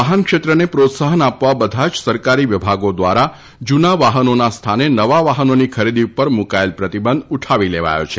વાહનક્ષેત્રને પ્રોત્સાહન આપવા બધા જ સરકારી વિભાગો દ્વારા જૂના વાહનોના સ્થાને નવા વાહનોની ખરીદી ઉપર મૂકાયેલો પ્રતિબંધ ઉઠાવી લેવાયો છે